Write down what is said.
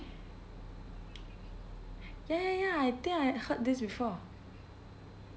ya ya ya I think I heard this before